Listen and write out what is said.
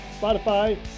Spotify